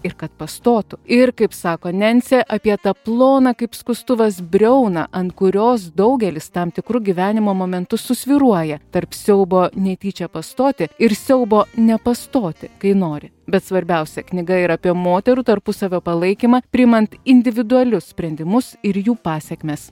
ir kad pastotų ir kaip sako nensė apie tą ploną kaip skustuvas briauną ant kurios daugelis tam tikru gyvenimo momentu susvyruoja tarp siaubo netyčia pastoti ir siaubo nepastoti kai nori bet svarbiausia knyga yra apie moterų tarpusavio palaikymą priimant individualius sprendimus ir jų pasekmes